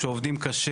שעובדים קשה.